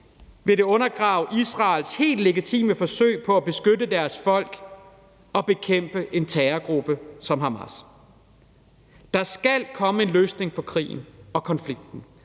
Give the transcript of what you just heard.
vil det undergrave Israels helt legitime forsøg på at beskytte deres folk og bekæmpe en terrorgruppe som Hamas. Der skal komme en løsning på krigen og konflikten,